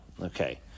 Okay